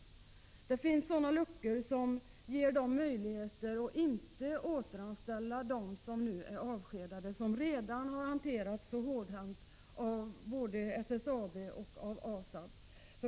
Arbetsgivaren har möjligheter att köpa sig fria, dvs. att inte återanställa de nu avskedade, som redan har hanterats så hårdhänt både av SSAB och av ASAB.